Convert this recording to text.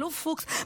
האלוף פוקס,